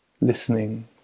Listening